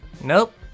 Nope